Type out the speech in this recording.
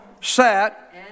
sat